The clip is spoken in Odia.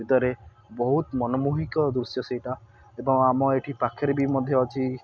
ଭିତରେ ବହୁତ ମନ ମୋହିକ ଦୃଶ୍ୟ ସେଇଟା ଏବଂ ଆମ ଏଠି ପାଖରେ ବି ମଧ୍ୟ ଅଛି